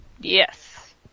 Yes